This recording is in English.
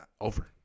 over